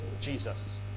Jesus